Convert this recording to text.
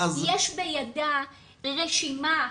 יש בידה רשימה,